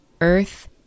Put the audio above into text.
earth